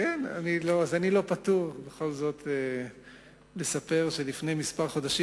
בכל זאת אני לא פטור מלספר שלפני חודשים מספר,